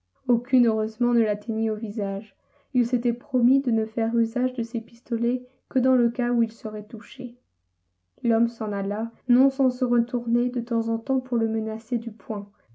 aucune heureusement ne l'atteignit au visage il s'était promis de ne faire usage de ses pistolets que dans le cas où il serait touché l'homme s'en alla non sans se retourner de temps en temps pour le menacer du poing